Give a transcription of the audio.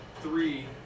three